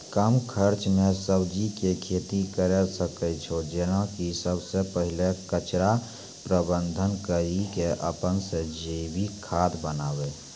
कम खर्च मे सब्जी के खेती करै सकै छौ जेना कि सबसे पहिले कचरा प्रबंधन कड़ी के अपन से जैविक खाद बनाबे?